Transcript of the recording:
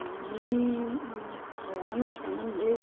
मी ल्हान आसतना म्हणजे